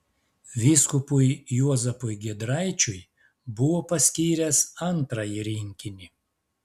vyskupui juozapui giedraičiui buvo paskyręs antrąjį rinkinį